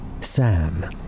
sam